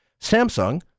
Samsung